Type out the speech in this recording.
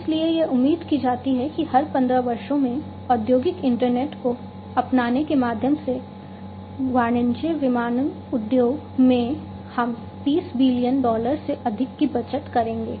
इसलिए यह उम्मीद की जाती है कि हर 15 वर्षों में औद्योगिक इंटरनेट को अपनाने के माध्यम से वाणिज्यिक विमानन उद्योग में हम 30 बिलियन डॉलर से अधिक की बचत करेंगे